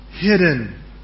hidden